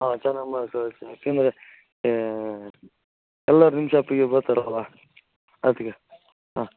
ಹಾಂ ಚೆನ್ನಾಗಿ ಏಕೆಂದ್ರೆ ಎಲ್ಲರೂ ನಿಮ್ಮ ಶಾಪಿಗೆ ಬರ್ತಾರಲ್ವ ಅದಕ್ಕೆ ಹಾಂ